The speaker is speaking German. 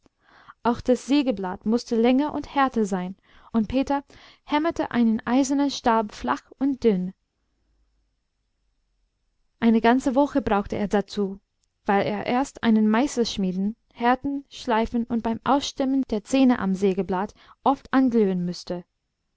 auch das sägeblatt mußte länger und härter sein und peter hämmerte einen eisernen stab flach und dünn eine ganze woche brauchte er dazu weil er erst einen meißel schmieden härten schleifen und beim ausstemmen der zähne am sägeblatt oft anglühen mußte